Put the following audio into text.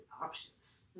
options